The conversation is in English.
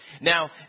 Now